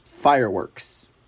fireworks